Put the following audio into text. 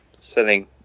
selling